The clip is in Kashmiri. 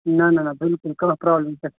نہَ نہَ نہَ بِلکُل کانٛہہ پرٛابلم چھَنہٕ